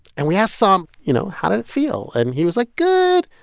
and we asked sahm, you know, how did it feel? and he was like, good.